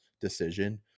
decision